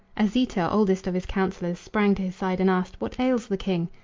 asita, oldest of his counselors, sprang to his side and asked what ails the king?